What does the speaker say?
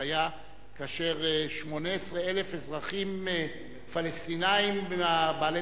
זה היה כאשר 18,000 אזרחים פלסטינים בעלי